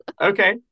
Okay